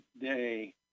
day